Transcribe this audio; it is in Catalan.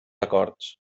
acords